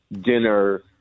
dinner